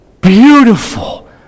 beautiful